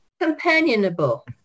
Companionable